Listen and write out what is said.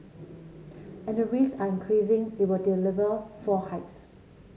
and the risk are increasing it will deliver four hikes